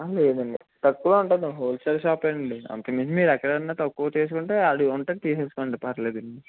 లేదండి తక్కువే ఉంటుంది హోల్సేల్ షాపేనండి అంతకు మించి మీరు ఎక్కడన్న తక్కువ తీసుకుంటే ఆది ఉంటుంది తీసేసుకోండి పర్లేదు